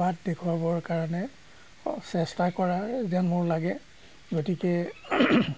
বাট দেখুৱাবৰ কাৰণে অ চেষ্টা কৰাৰ যেন মোৰ লাগে গতিকে